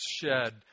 shed